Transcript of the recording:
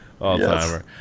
All-timer